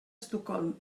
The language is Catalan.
estocolm